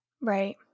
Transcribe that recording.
Right